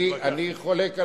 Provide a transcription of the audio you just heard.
אני חולק עלייך,